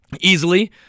easily